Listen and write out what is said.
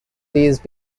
these